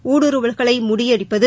ஊடுறுவல்களை முறியடிப்பது